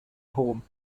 home